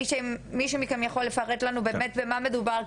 אלישע אם מישהו מכם יכול לפרט לנו באמת במה מדובר,